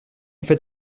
fait